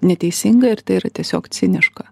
neteisinga ir tai yra tiesiog ciniška